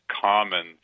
common